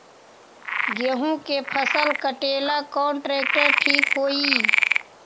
गेहूं के फसल कटेला कौन ट्रैक्टर ठीक होई?